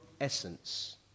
essence